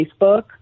Facebook